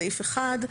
סעיף 1,